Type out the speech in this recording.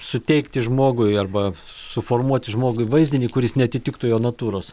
suteikti žmogui arba suformuoti žmogui vaizdinį kuris neatitiktų jo natūros